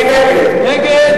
מי נגד?